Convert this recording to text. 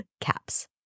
caps